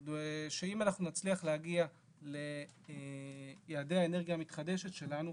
אם אנחנו נצליח להגיע ליעדי האנרגיה המתחדשת שלנו,